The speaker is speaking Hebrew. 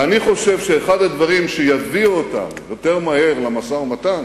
ואני חושב שאחד הדברים שיביאו אותם יותר מהר למשא-ומתן